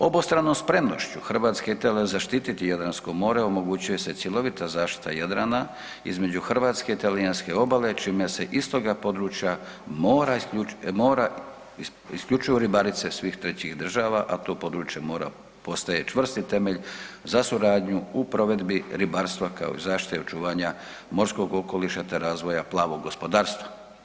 Obostranom spremnošću Hrvatska i Italija zaštiti Jadransko more, omogućuje se cjelovita zaštita Jadrana između hrvatske i talijanske obale, čime se iz toga područja mora isključivo ribarice svih trećih država, a to područje mora postaje čvrsti temelj za suradnju u provedbi ribarstva kao i zaštita i očuvanja morskog okoliša te razvoja plavog gospodarstva.